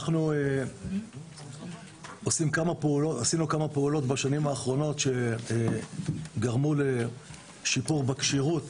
עשינו כמה פעולות בשנים האחרונות שגרמו לשיפור בכשירות,